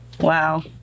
wow